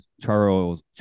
Charles